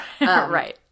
right